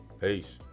Peace